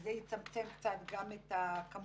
אז זה יצמצם קצת גם את הכמויות.